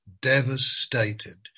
devastated